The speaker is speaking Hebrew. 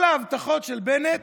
כל ההבטחות של בנט